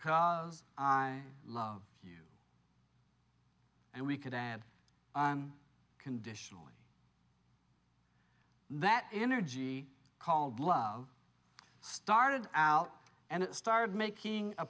cause i love you and we could add conditionally that energy called love started out and it started making